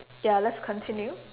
ya let's continue